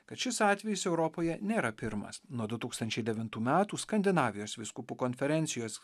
kad šis atvejis europoje nėra pirmas nuo du tūkstančiai devuntų metų skandinavijos vyskupų konferencijos